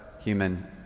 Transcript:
human